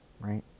right